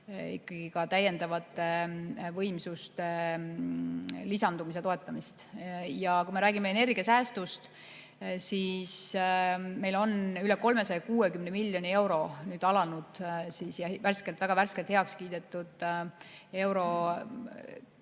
ikkagi ka täiendavate võimsuste lisandumise toetamist. Kui me räägime energiasäästust, siis meil on üle 360 miljoni euro väga värskelt heaks kiidetud Euroopa Liidu